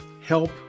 Help